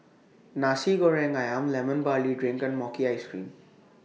Nasi Goreng Ayam Lemon Barley Drink and Mochi Ice Cream